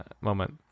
moment